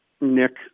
Nick